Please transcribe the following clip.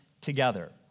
together